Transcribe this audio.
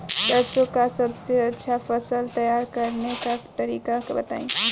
सरसों का सबसे अच्छा फसल तैयार करने का तरीका बताई